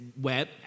web